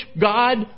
God